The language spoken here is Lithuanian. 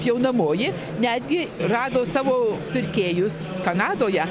pjaunamoji netgi rado savo pirkėjus kanadoje